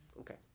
Okay